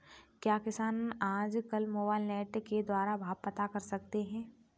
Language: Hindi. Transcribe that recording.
क्या किसान आज कल मोबाइल नेट के द्वारा भाव पता कर सकते हैं?